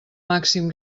màxim